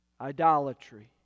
Idolatry